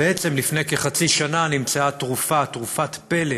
לפני כחצי שנה נמצאה תרופת פלא,